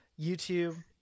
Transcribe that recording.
youtube